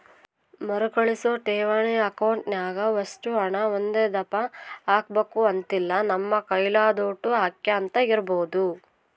ಮರುಕಳಿಸೋ ಠೇವಣಿ ಅಕೌಂಟ್ನಾಗ ಒಷ್ಟು ಹಣ ಒಂದೇದಪ್ಪ ಹಾಕ್ಬಕು ಅಂತಿಲ್ಲ, ನಮ್ ಕೈಲಾದೋಟು ಹಾಕ್ಯಂತ ಇರ್ಬೋದು